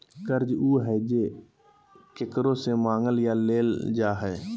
कर्ज उ हइ जे केकरो से मांगल या लेल जा हइ